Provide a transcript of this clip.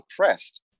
oppressed